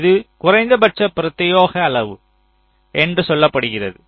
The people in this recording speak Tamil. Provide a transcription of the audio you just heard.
இது குறைந்தபட்ச பிரத்யேக அளவு என்று சொல்லப்படுகிறது